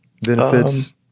Benefits